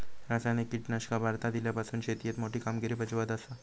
रासायनिक कीटकनाशका भारतात इल्यापासून शेतीएत मोठी कामगिरी बजावत आसा